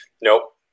Nope